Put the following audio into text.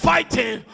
Fighting